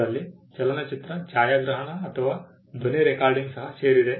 ಇದರಲ್ಲಿ ಚಲನಚಿತ್ರ ಛಾಯಾಗ್ರಹಣ ಅಥವಾ ಧ್ವನಿ ರೆಕಾರ್ಡಿಂಗ್ ಸಹ ಸೇರಿದೆ